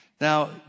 Now